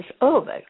over